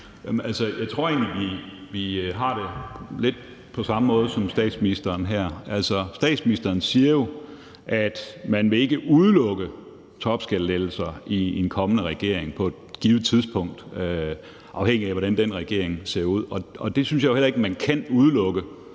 jeg tror egentlig, at vi har det lidt på samme måde som statsministeren her. Statsministeren siger jo, at man ikke vil udelukke topskattelettelser i en kommende regering på et givet tidspunkt, afhængigt af hvordan den regering ser ud. Det synes jeg jo heller ikke man kan udelukke,